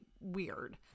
weird